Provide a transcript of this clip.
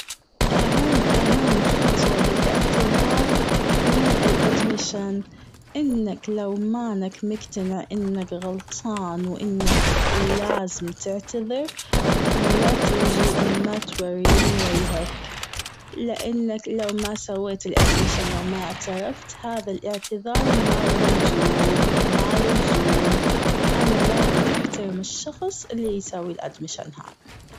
أهم أهم خطوة بالاعتذار هي ال admission. إنك لو مانك مقتنع إنك غلطان و إنك لازم تعتذر. لا تيجي ما توريني ويهك. لأنك لو ما سويت ال admission لو ما اعترفت هذا الاعتذار ما له لزوم، ما له زوم. أنا وايد احترم الشخص اللي يسوي ال admission هذا.